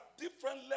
different